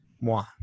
Moi